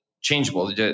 changeable